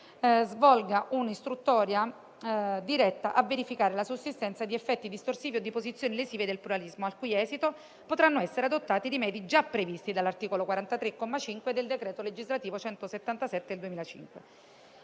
svolga un'istruttoria diretta a verificare la sussistenza di effetti distorsivi o di posizioni lesive del pluralismo, al cui esito potranno essere adottati i rimedi già previsti dall'articolo 43, comma 5, del decreto legislativo n. 177 del 2005.